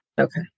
Okay